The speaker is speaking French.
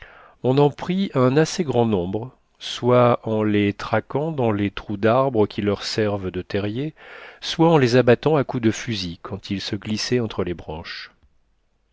on en prit un assez grand nombre soit en les traquant dans les trous d'arbre qui leur servent de terriers soit en les abattant à coups de fusil quand ils se glissaient entre les branches